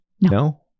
No